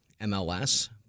MLS